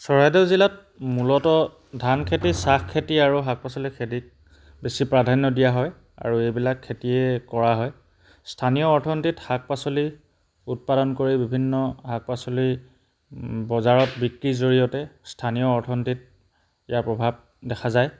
চৰাইদেউ জিলাত মূলতঃ ধানখেতি চাহখেতি আৰু শাক পাচলিৰ খেতিত বেছি প্ৰাধান্য দিয়া হয় আৰু এইবিলাক খেতিয়ে কৰা হয় স্থানীয় অৰ্থনীতিত শাক পাচলি উৎপাদন কৰি বিভিন্ন শাক পাচলিৰ বজাৰত বিক্ৰীৰ জৰিয়তে স্থানীয় অৰ্থনীতিত ইয়াৰ প্ৰভাৱ দেখা যায়